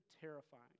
terrifying